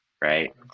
right